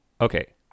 okay